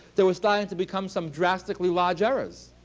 there was starting to become some drastically large errors.